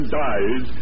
dies